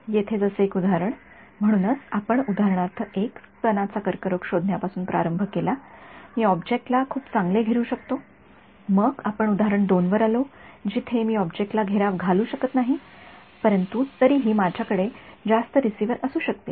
येथे जसे एक उदाहरण म्हणून आपण उदाहरणार्थ १ स्तनाचा कर्करोग शोधण्यापासून प्रारंभ केला मी ऑब्जेक्ट ला खूप चांगले घेरु शकतो मग आपण उदाहरण २ वर आलो जिथे मी ऑब्जेक्टला घेराव घालू शकलो नाही परंतु तरीही माझ्या कडे जास्त रिसीव्हरअसू शकतील